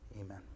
amen